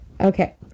Okay